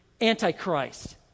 Antichrist